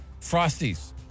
Frosties